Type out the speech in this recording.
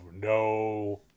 no